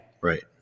Right